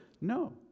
No